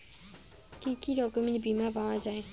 কি কি রকমের বিমা পাওয়া য়ায়?